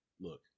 look